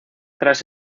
tras